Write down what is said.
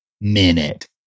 minute